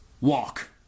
walk